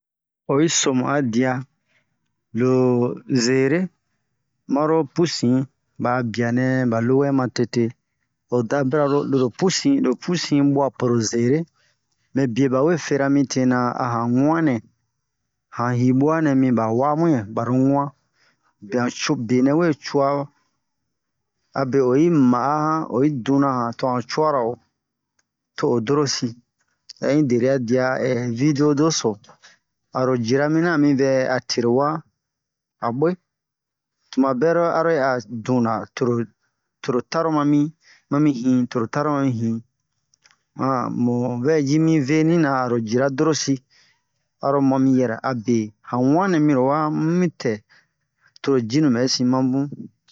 oyi so mu a dia lo zere maro pusin ba'a bianɛ lo wɛ ma tete o da bira lo loro pusin lo pusin buwa po lo zere mɛ bie bawe fera mi te na a han wu'an nɛ han hibu'a nɛ mi ba wa'a mu ɲa baro wu'an be han co benɛ we cu'a o a be oyi ma'a han oyi duna han to han cuara o to o dorosi o hɛ in deria dia video doso aoro jira mina a mi vɛ a tero wa a bwe tumabɛ aro yi a duna toro toro tara ma mi ma mi hin toro taro ma mi hin mu v ji mi veni na aro jira dorosi aro mami yɛrɛ abe han wu'an nɛ miro wa mu mi tɛ toro jinu bɛ sin ma bun